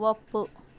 ಒಪ್ಪು